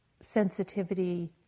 sensitivity